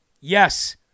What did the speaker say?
Yes